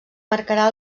marcarà